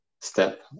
step